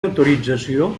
autorització